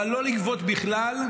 אבל לא לגבות בכלל,